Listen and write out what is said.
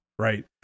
Right